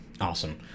Awesome